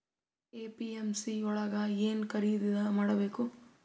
APMC ಯೊಳಗ ಏನ್ ಖರೀದಿದ ಮಾಡ್ಬೇಕು?